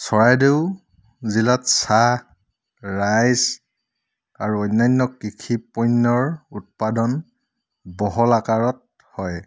চৰাইদেউ জিলাত চাহ ৰাইচ আৰু অন্যান্য কৃষি পণ্যৰ উৎপাদন বহল আকাৰত হয়